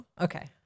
okay